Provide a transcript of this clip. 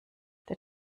der